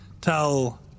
Tell